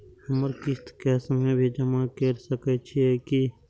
हमर किस्त कैश में भी जमा कैर सकै छीयै की?